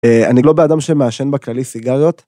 אני לא בן אדם שמעשן בכללי סיגריות.